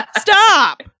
Stop